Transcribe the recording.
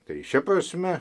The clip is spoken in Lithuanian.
tai šia prasme